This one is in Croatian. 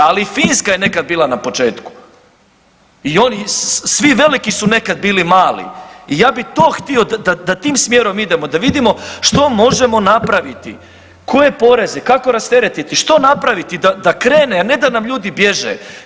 Ali i Finska je nekada bila na početku i oni svi veliki su nekada bili mali i ja bih to htio da tim smjerom idemo da vidimo što možemo napraviti, koje poreze kako rasteretiti, što napraviti da krene a ne da nam ljudi bježe.